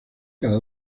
cada